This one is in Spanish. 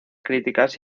críticas